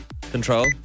Control